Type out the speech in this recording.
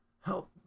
help